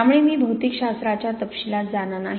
त्यामुळे मी भौतिकशास्त्राच्या तपशीलात जाणार नाही